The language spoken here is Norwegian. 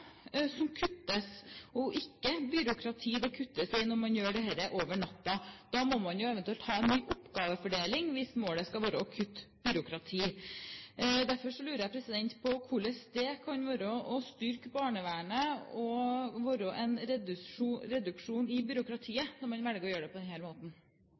det kuttes i og ikke byråkrati når man gjør dette over natten. Da må man jo eventuelt ha en ny oppgavefordeling hvis målet skal være å kutte byråkrati. Derfor lurer jeg på hvordan dette kan være å styrke barnevernet og være en reduksjon i byråkratiet, når man velger å gjøre det på denne måten?